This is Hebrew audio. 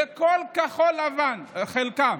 וכל כחול לבן, חלקם